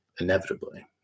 inevitably